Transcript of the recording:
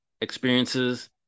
experiences